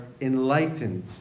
enlightened